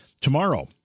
Tomorrow